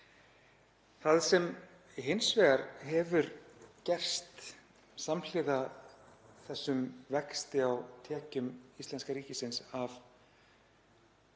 Það sem hefur hins vegar gerst samhliða þessum vexti á tekjum íslenska ríkisins af